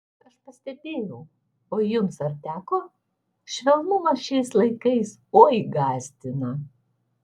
aš pastebėjau o jums ar teko švelnumas šiais laikais oi gąsdina